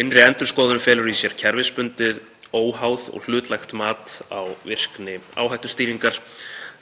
Innri endurskoðun felur í sér kerfisbundið, óháð og hlutlægt mat á virkni áhættustýringar,